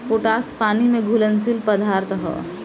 potash पानी में घुलनशील पदार्थ ह